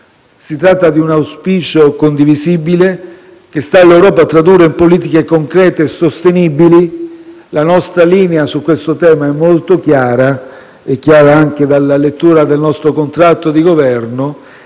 Si tratta di un auspicio condivisibile che sta all'Europa tradurre in politiche concrete e sostenibili. La nostra linea su questo tema è molto chiara, anche dalla lettura del nostro contratto di Governo: